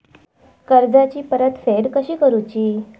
कर्जाची परतफेड कशी करुची?